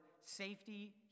safety